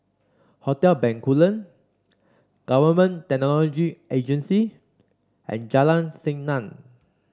Hotel Bencoolen Government Technology Agency and Jalan Senang